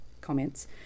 comments